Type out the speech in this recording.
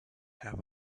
have